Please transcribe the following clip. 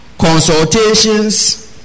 consultations